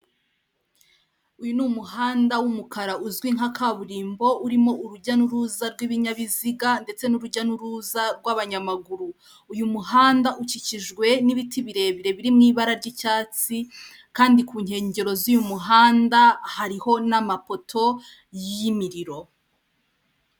Uyu ni umuhanda w'umukara uzwi nka kaburimbo urimo urujya n'uruza rw'ibinyabiziga ndetse n'urujya n'uruza rw'abanyamaguru uyu muhanda ukikijwe n'ibiti birebire biri mu ibara ry'icyatsi kandi ku nkengero z'uyu muhanda hariho n'amapoto y'imiriro.